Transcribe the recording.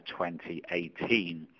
2018